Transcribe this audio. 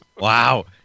Wow